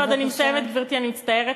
בבקשה.